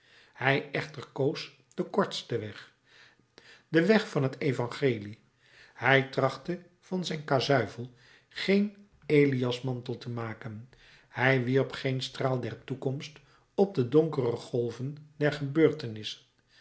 hij echter koos den kortsten weg den weg van t evangelie hij trachtte van zijn kazuifel geen eliasmantel te maken hij wierp geen straal der toekomst op de donkere golven der gebeurtenissen